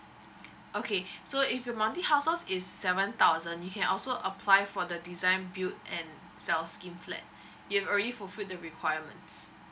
okay so if your monthly household's is seven thousand you can also apply for the design build and sell scheme flat you've already fulfilled the requirements